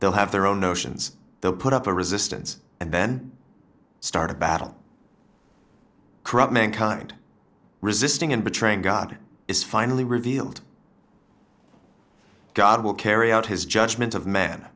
they'll have their own notions they'll put up a resistance and then start a battle corrupt mankind resisting and betraying god is finally revealed god will carry out his judgment of men